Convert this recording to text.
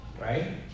Right